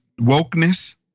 wokeness